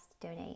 donate